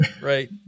Right